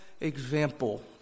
example